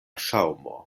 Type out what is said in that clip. ŝaŭmo